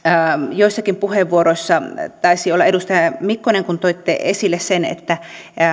joissakin puheenvuoroissa taisi olla edustaja mikkonen tuotiin esille se että